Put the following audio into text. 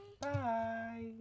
Bye